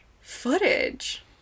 footage